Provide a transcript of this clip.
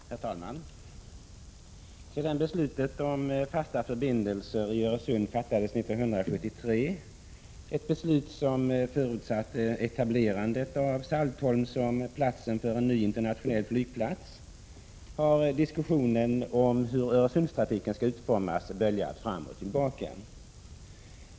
Herr talman! Sedan beslutet om fasta förbindelser i Öresund fattades 1973, ett beslut som förutsatte etablerandet av Saltholm som platsen för en ny internationell flygplats, har diskussionen om hur Öresundstrafiken skall utformas böljat fram och tillbaka.